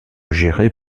gérés